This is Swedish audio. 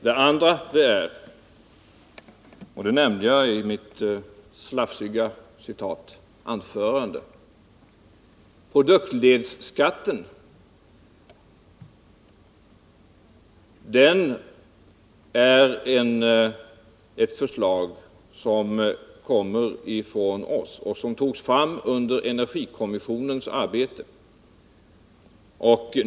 Det andra — och det nämnde jag i mitt enligt Birgitta Dahl ”slafsiga” anförande — är vårt förslag om produktledsskatten, en tanke som togs fram under energikommissionens arbete.